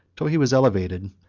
till he was elevated,